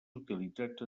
utilitzats